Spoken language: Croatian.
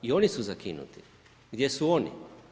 I onu su zakinuti, gdje su oni?